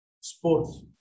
sports